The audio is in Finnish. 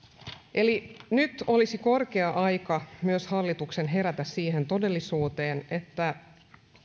eli nyt olisi korkea aika myös hallituksen herätä siihen todellisuuteen että